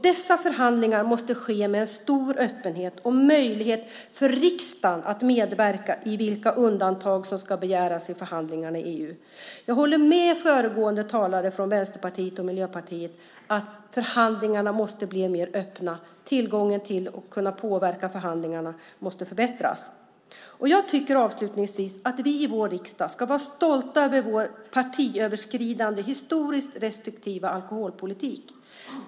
Dessa förhandlingar måste ske med stor öppenhet och möjlighet för riksdagen att medverka till vilka undantag som ska begäras i förhandlingarna med EU. Jag håller med föregående talare från Vänsterpartiet och Miljöpartiet om att förhandlingarna måste bli mera öppna. Möjligheten att kunna påverka förhandlingarna måste förbättras. Avslutningsvis vill jag säga att jag tycker att vi i vår riksdag ska vara stolta över vår partiöverskridande historiskt restriktiva alkoholpolitik.